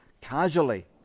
casually